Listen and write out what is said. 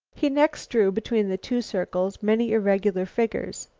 he next drew, between the two circles, many irregular figures.